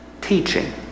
teaching